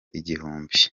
igihumbi